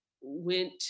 went